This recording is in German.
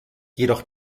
jedoch